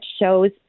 shows